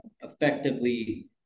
effectively